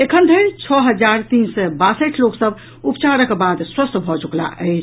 एखन धरि छओ हजार तीन सय बत्तीस लोक सभ उपचारक बाद स्वस्थ भऽ चुकलाह अछि